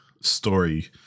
story